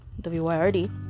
W-Y-R-D